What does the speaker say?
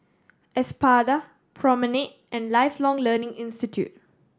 Espada Promenade and Lifelong Learning Institute